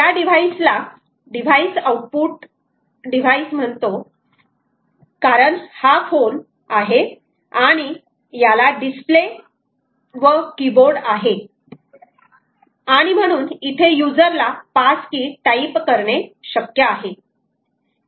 या डिव्हाइस ला output device म्हणतो कारण हा फोन आहे आणि याला डिस्प्ले व कीबोर्ड आहे आणि म्हणून इथे युजर ला पास की टाईप करणे शक्य आहे